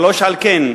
3. על כן,